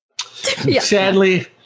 Sadly